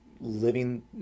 living